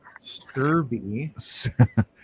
sturvy